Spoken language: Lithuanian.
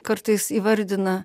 kartais įvardina